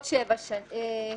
שבע שנים.